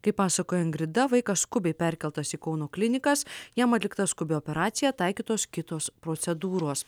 kaip pasakoja ingrida vaikas skubiai perkeltas į kauno klinikas jam atlikta skubi operacija taikytos kitos procedūros